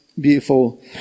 beautiful